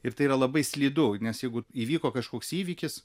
ir tai yra labai slidu nes jeigu įvyko kažkoks įvykis